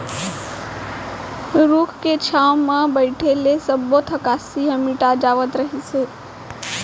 रूख के छांव म बइठे ले सब्बो थकासी ह मिटा जावत रहिस हे